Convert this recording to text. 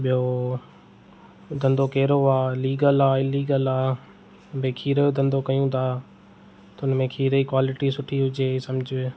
ॿियो धंधो कहिड़ो आहे लीगल आहे इलीगल आहे भई खीरु जो धंधो कयूं था त हुन में खीरु जी क्वालीटी सुठी हुजे समझ